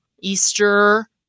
Easter